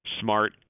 smart